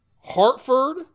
Hartford